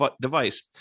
device